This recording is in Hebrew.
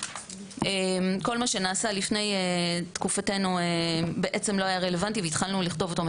אז תגיד לי בבקשה, אני קראתי את הספרים